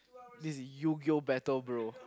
this Yogioh battle bro